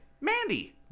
Mandy